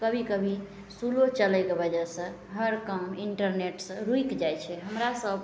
कभी कभी स्लो चलैके वजहसे हर काम इन्टरनेटसे रुकि जाइ छै हमरासभ